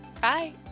bye